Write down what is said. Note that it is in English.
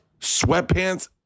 sweatpants